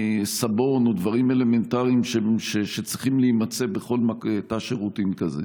סבון או דברים אלמנטריים שצריכים להימצא בכל תא שירותים כזה.